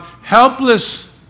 helpless